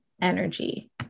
energy